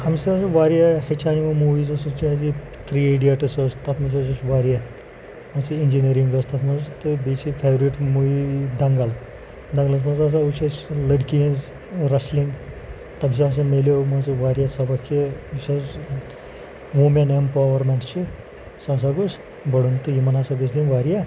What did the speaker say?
اَمہِ سۭتۍ حظ چھُ واریاہ ہیٚچھان یِمو موٗوِیٖزو سۭتۍ چاہے سُہ تھِرٛی ایٖڈیَٹٕس ٲس تَتھ منٛز حظ ٲسۍ واریاہ اَصٕل اِنجیٖنٔرِنٛگ ٲس تَتھ منٛز تہٕ بیٚیہِ چھِ فیورِٹ موٗوِی دَنٛگَل دَنٛگلَس منٛز ہَسا وُچھ اَسہِ لٔڑکی ہِنٛز رَسلِنٛگ تَمہِ سۭتۍ ہَسا مِلیو مان ژٕ واریاہ سبق کہِ یُس ہَسا وٗمیٚن ایٚمپاوَرمیٚنٛٹ چھِ سُہ ہَسا گوٚژھ بَڑُن تہٕ یِمَن ہَسا گژھِ دِنۍ واریاہ